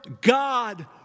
God